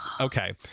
Okay